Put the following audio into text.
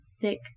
thick